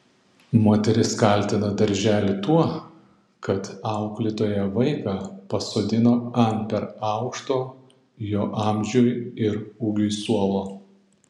moteris kaltina darželį tuo kad auklėtoja vaiką pasodino ant per aukšto jo amžiui ir ūgiui suolo